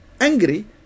angry